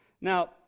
Now